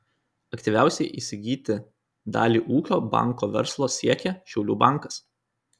aktyviausiai įsigyti dalį ūkio banko verslo siekia šiaulių bankas